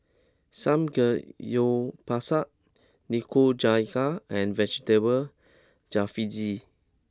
Samgeyopsal Nikujaga and Vegetable Jalfrezi